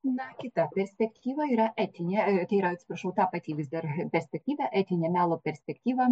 na kita perspektyva yra etinė tai yra atsiprašau ta pat vis dar perspektyva etinė melo perspektyva